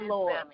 Lord